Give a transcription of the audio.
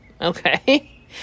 okay